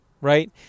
right